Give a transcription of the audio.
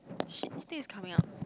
shit this thing is coming out